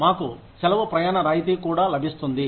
మాకు సెలవు ప్రయాణ రాయితీ కూడా లభిస్తుంది